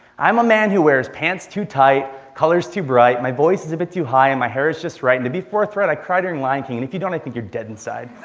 i'm a man who wears pants too tight, colors too bright, my voice is a bit too high, and my hair is just right. to be forthright, i cry during lion king. and if you don't, i think you're dead inside.